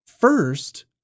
first